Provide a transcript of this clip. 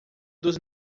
dos